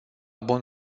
bun